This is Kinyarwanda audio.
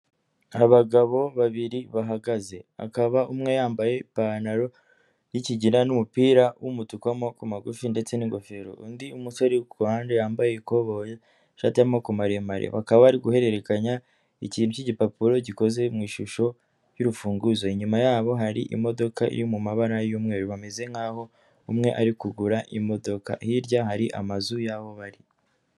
Abagabo babiri bahagaze akaba umwe yambaye ipantaro y'ikigina n'umupira w'umutuku w'amoboko magufi ndetse n'ingofero, undi musore uri ku ruhande yambaye ikoboyi ishati y'amaboko maremare bakaba bari guhererekanya ikintu cy'igipapuro gikoze mu ishusho y'urufunguzo, inyuma yabo hari imodoka iri mu mabara y'umweru bameze nkaho umwe ari kugura imodoka, hirya hari amazu yaho bari.